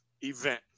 event